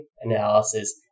analysis